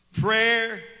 Prayer